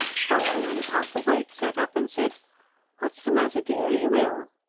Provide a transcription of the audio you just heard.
polly, only half awake, sat up and said what's the matter, dear? are you ill?